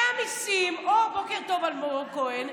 בוקר טוב, אלמוג כהן.